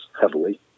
heavily